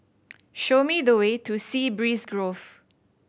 show me the way to Sea Breeze Grove